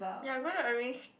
ya I'm gonna arrange